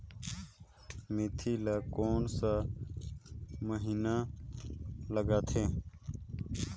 मेंथी ला कोन सा महीन लगथे?